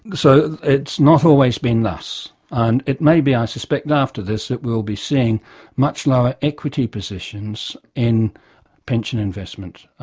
so it's not always been thus. and it may be, i suspect, after this, that we'll be seeing much lower equity positions in pension investment.